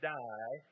die